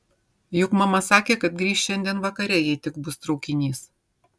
juk mama sakė kad grįš šiandien vakare jei tik bus traukinys